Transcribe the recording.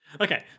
Okay